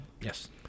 Yes